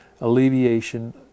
alleviation